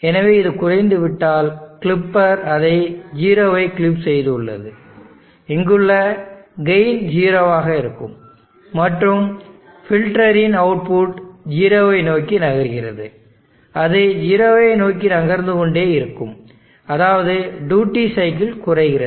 எனவே இதுகுறைந்துவிட்டால் கிளிப்பர் அதை 0வை கிளிப் செய்துள்ளது இங்குள்ள கெயின் 0 ஆக இருக்கும் மற்றும் ஃபில்டரின் அவுட்புட் 0 ஐ நோக்கி நகர்கிறது அது 0 ஐ நோக்கி நகர்ந்துகொண்டே இருக்கும் அதாவது டியூட்டி சைக்கிள் குறைகிறது